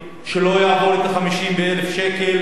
שלא יעבור את ה-50,000 שקל,